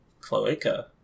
Cloaca